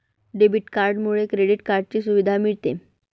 debit कार्डमुळे credit कार्डची सुविधा मिळते